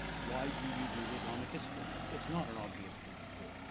why do you do islamic history? it's not an obvious thing to do.